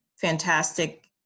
fantastic